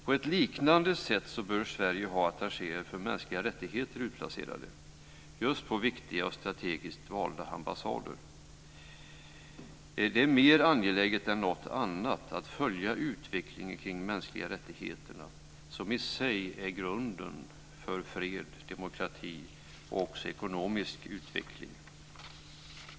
På ett liknande sätt bör Sverige ha attachéer för mänskliga rättigheter utplacerade på viktiga och strategiskt valda ambassader. Det är mer angeläget än något annat att följa utvecklingen kring de mänskliga rättigheterna, som i sig är grunden för fred, demokrati och ekonomisk utveckling.